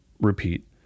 repeat